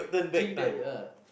think that you're